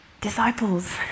Disciples